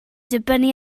dibynnu